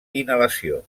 inhalació